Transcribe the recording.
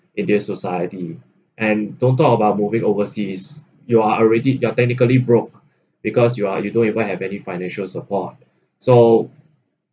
in this society and don't talk about moving overseas you are already you're technically broke because you are you don't even have any financial support so